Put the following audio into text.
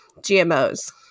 GMOs